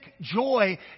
joy